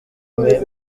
mwe